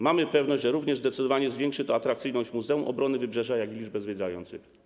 Mamy pewność, że również zdecydowanie zwiększy to atrakcyjność Muzeum Obrony Wybrzeża, jak i liczbę zwiedzających.